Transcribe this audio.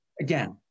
Again